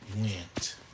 went